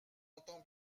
entend